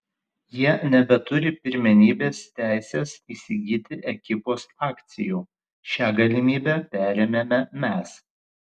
jie nebeturi pirmenybės teisės įsigyti ekipos akcijų šią galimybę perėmėme mes